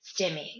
stimming